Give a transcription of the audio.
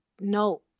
no